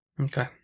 Okay